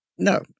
No